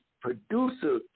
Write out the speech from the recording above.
producer